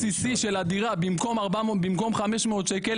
העלו את שכר הדירה הבסיסי של הדירה במקום 500 שקלים,